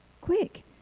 Quick